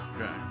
Okay